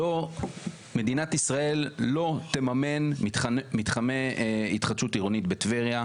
מדינת ישראל לא תממן מתחמי התחדשות עירונית בטבריה,